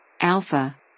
Alpha